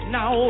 Now